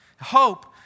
Hope